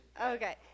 Okay